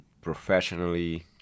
professionally